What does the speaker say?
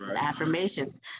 affirmations